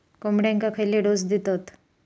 कोंबड्यांक खयले डोस दितत?